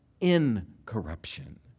incorruption